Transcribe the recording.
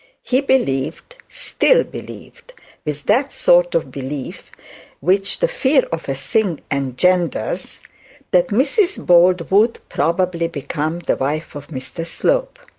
he believed, still believed with that sort of belief which the fear of a thing engenders, that mrs bold would probably become the wife of mr slope.